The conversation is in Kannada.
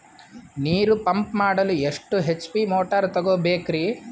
ನೀರು ಪಂಪ್ ಮಾಡಲು ಎಷ್ಟು ಎಚ್.ಪಿ ಮೋಟಾರ್ ತಗೊಬೇಕ್ರಿ?